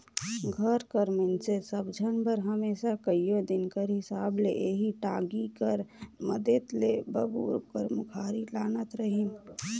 घर कर मइनसे सब झन बर हमेसा कइयो दिन कर हिसाब ले एही टागी कर मदेत ले बबूर कर मुखारी लानत रहिन